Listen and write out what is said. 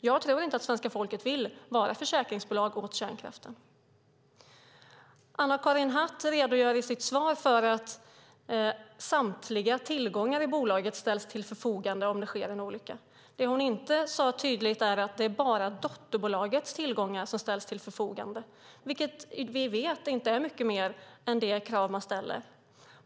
Jag tror inte att svenska folket vill vara försäkringsbolag åt kärnkraften. Anna-Karin Hatt säger i sitt svar att samtliga tillgångar i bolaget ställs till förfogande om det sker en olycka. Det hon inte säger tydligt är att det bara är dotterbolagets tillgångar som ställs till förfogande. Det är inte mycket mer än det krav man ställer.